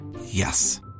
Yes